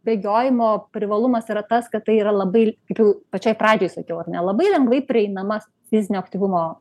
bėgiojimo privalumas yra tas kad tai yra labai jau pačioj pradžioj sakiau ar ne labai lengvai prieinamas fizinio aktyvumo